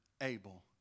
Abel